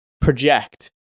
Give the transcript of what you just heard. project